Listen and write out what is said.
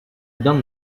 don’t